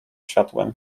światłem